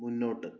മുന്നോട്ട്